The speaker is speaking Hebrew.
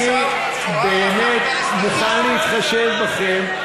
אני באמת מוכן להתחשב בכם,